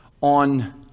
on